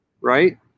Right